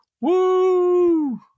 Woo